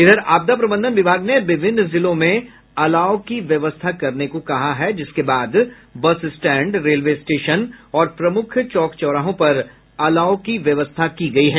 इधर आपदा प्रबंधन विभाग ने विभिन्न जिलों में अलाव की व्यवस्था करने को कहा है जिसके बाद बस स्टैंड रेलवे स्टेशन और प्रमुख चौक चौराहों पर अलाव की व्यवस्था की गयी है